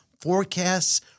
forecasts